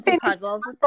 Puzzles